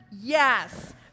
Yes